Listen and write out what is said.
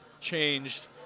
changed